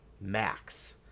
Max